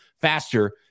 faster